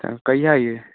तऽ कहिआ अइए